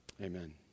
Amen